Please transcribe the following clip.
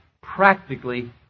practically